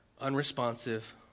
unresponsive